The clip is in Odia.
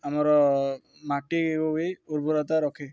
ଆମର ମାଟି ବି ଉର୍ବରତା ରଖେ